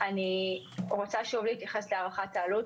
אני רוצה שוב להתייחס להערכת העלות.